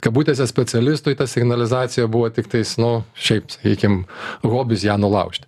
kabutėse specialistui ta signalizacija buvo tiktais nu šiaip sakykim hobis ją nulaužti